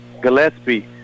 gillespie